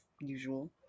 usual